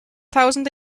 thousand